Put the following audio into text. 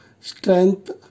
strength